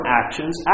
actions